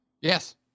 Yes